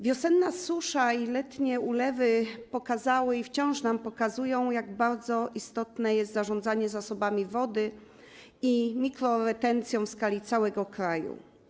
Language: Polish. Wiosenna susza i letnie ulewy pokazały i wciąż nam pokazują, jak bardzo istotne jest zarządzanie zasobami wody i mikroretencją w skali całego kraju.